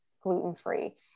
gluten-free